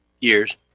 years